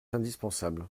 indispensable